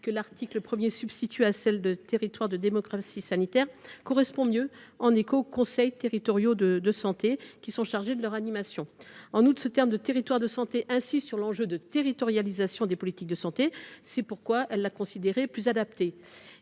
que l’article 1 substitue à celle de « territoire de démocratie sanitaire » est préférable, car elle fait écho aux conseils territoriaux de santé, qui sont chargés de leur animation. En outre, le terme « territoire de santé » insiste sur l’enjeu de territorialisation des politiques de santé. C’est pourquoi la commission l’a considéré plus adapté.